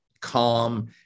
calm